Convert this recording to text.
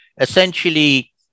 essentially